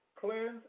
cleanse